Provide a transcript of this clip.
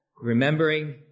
remembering